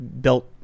built